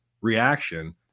reaction